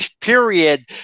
period